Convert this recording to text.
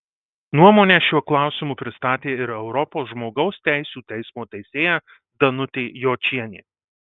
nuomonę šiuo klausimu pristatė ir europos žmogaus teisių teismo teisėja danutė jočienė